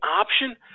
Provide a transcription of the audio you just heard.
option